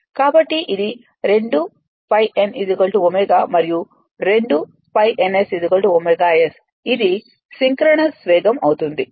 కాబట్టి ఇది 2 π n ω మరియు 2 π nS ωS ఇది సైన్క్రోనస్ వేగం అవుతుంది